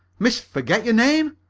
miss forget-your-name?